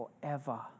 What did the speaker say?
forever